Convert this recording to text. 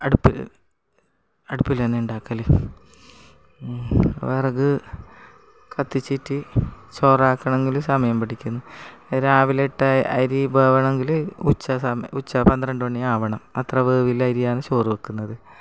അടുപ്പിൽ അടുപ്പിൽ തന്നെ ഉണ്ടാക്കല് വിറക് കത്തിച്ചിട്ട് ചോറാക്കണമെങ്കിൽ സമയം പിടിക്കും രാവില ഇട്ട അരി വേകണമെങ്കിൽ ഉച്ച സമ ഉച്ച പന്ത്രണ്ട് മണിയാകണം അത്ര വേവുള്ള അരിയാണ് ചോറ് വെക്കുന്നത്